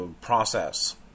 process